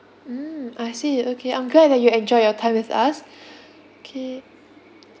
mm I see okay I'm glad that you enjoyed your time with us okay